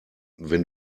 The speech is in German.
wenn